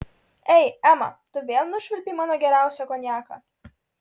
ei ema tu vėl nušvilpei mano geriausią konjaką